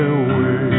away